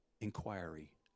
Inquiry